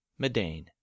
Medane